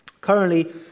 Currently